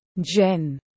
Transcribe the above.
Jen